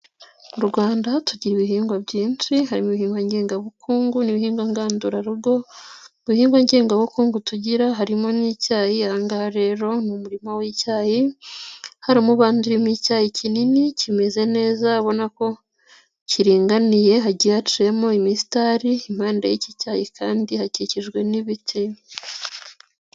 Mu Rwanda tugira ibihingwa byinshi harimo ibihingwa ngengabukungu n'ibihinga ngandurarugo. Mu bihingwa ngengabukungu tugira harimo n'icyayi. Aha ngaha rero ni mu murima w'icyayi. Hari umubande urimo icyayi kinini kimeze neza ubona ko kiringaniye hagiye haciyemo imisitari, impande y'iki cyayi kandi hakikijwe n'ibiti.